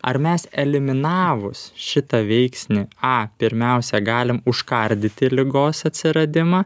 ar mes eliminavus šitą veiksnį a pirmiausia galim užkardyti ligos atsiradimą